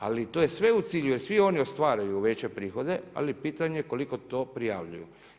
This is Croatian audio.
Ali to je sve u cilju, jer svi oni ostvaruju veće prihode, ali je pitanje, koliko to prijavljuju.